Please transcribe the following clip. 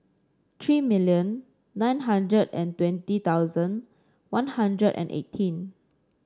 three million nine hundred and twenty hundred One Hundred and eighteen